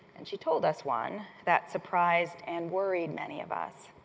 and she told us one that surprised and worried many of us.